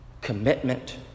commitment